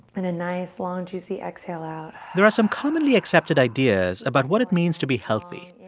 and a nice, long juicy exhale out there are some commonly accepted ideas about what it means to be healthy.